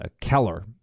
Keller